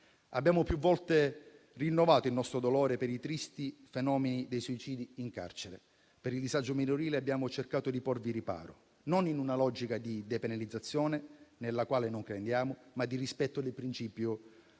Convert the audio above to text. Abbiamo più volte rinnovato il nostro dolore per i tristi fenomeni dei suicidi in carcere. Per il disagio minorile abbiamo cercato di porvi riparo, non in una logica di depenalizzazione, nella quale non crediamo, ma di rispetto del principio di